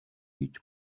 гэж